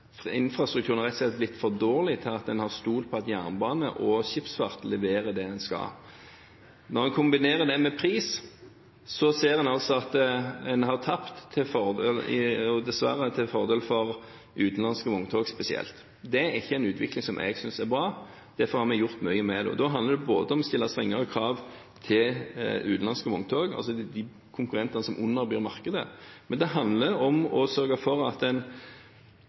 Infrastrukturen har rett og slett blitt for dårlig til at en har stolt på at jernbane og skipsfart leverer det de skal. Når en kombinerer det med pris, ser en at en dessverre har tapt, spesielt til fordel for utenlandske vogntog. Det er ikke en utvikling jeg synes er bra, og derfor har vi gjort mye med det. Det handler både om å stille strengere krav til utenlandske vogntog – de konkurrentene som underbyr markedet – og om å sørge for at en